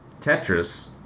Tetris